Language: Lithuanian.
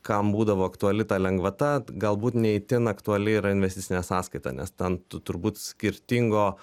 kam būdavo aktuali ta lengvata galbūt ne itin aktuali yra investicinė sąskaita nes ten tu turbūt skirtingo